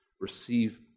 receive